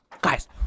guys